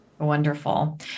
wonderful